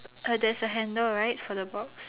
uh there's a handle right for the box